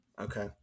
okay